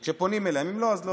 כשפונים אליהם, אם לא, אז לא.